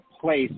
place